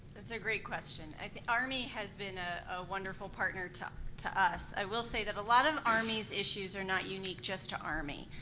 that's a great question. the army has been a wonderful partner to to us. i will say that a lot of army's issues are not unique just to army.